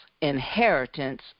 inheritance